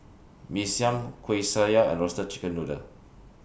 Mee Siam Kuih Syara and Roasted Chicken Noodle